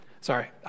Sorry